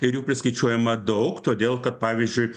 ir jų priskaičiuojama daug todėl kad pavyzdžiui